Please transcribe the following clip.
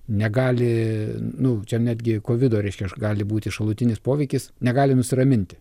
negali nu čia netgi kovido reiškia gali būti šalutinis poveikis negali nusiraminti